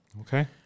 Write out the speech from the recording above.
Okay